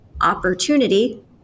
opportunity